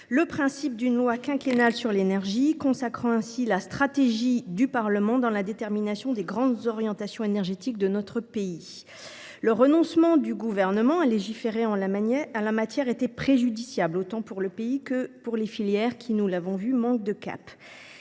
le principe d’une loi quinquennale sur l’énergie, consacrant ainsi la stratégie du Parlement dans la détermination des grandes orientations énergétiques de notre pays. Le renoncement du Gouvernement à légiférer en la matière était préjudiciable, autant pour le pays que pour les filières qui, nous l’avons vu, souffrent d’un